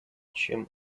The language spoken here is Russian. чем